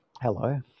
Hello